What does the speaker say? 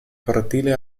cortile